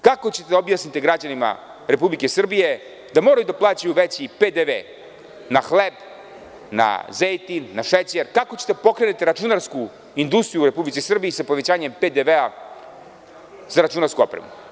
Kako ćete da objasnite građanima Republike Srbije da moraju da plaćaju veći PDV na hleb, zejtin, šećer, kako ćete da pokrenete računarsku industriju u Republici Srbiji sa povećanjem PDV-a za računarsku opremu?